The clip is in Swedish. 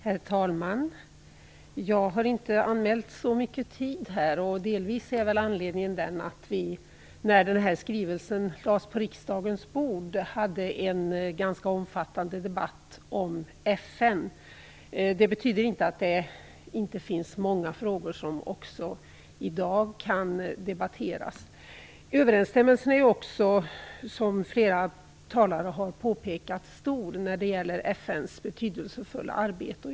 Herr talman! Jag har inte anmält så mycket tid här. Anledningen är delvis att vi hade en ganska omfattande debatt om FN när den här skrivelsen lades på riksdagens bord. Det betyder inte att det inte finns många frågor som också kan debatteras i dag. Överensstämmelsen är också stor när det gäller FN:s betydelsefulla arbete, som flera talare har påpekat.